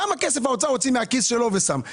כמה כסף האוצר הוציא מהכיס שלו ושם?